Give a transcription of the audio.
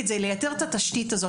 כדי לייצר את התשתית הזו.